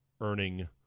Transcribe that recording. earning